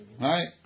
Right